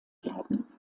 werden